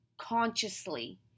consciously